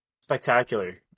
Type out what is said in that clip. spectacular